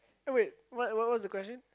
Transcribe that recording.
uh wait what what what was the question